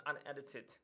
unedited